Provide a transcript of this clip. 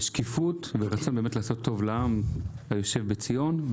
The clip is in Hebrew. עם שקיפות ועם רצון לעשות טוב לעם היושב בציון.